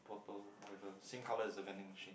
purple whatever same colour as the vending machine